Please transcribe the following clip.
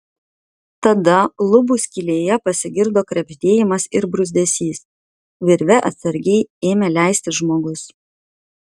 tada lubų skylėje pasigirdo krebždėjimas ir bruzdesys virve atsargiai ėmė leistis žmogus